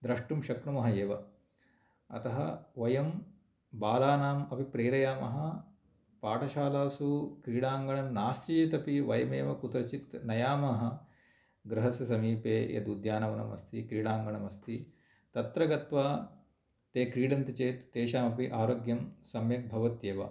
द्रष्टुं शक्नुमः एव अतः वयं बालानाम् अपि प्रेरायामः पाठशालासु क्रीडाङ्गणं नास्ति चेदपि वयमेव कुत्रचित् नयामः गृहस्य समीपे यद् उद्यान वनं अस्ति क्रीडाङ्गणं अस्ति तत्र गत्वा ते क्रीडन्ति चेत् तेषामपि आरोग्यं सम्यक् भवत्येव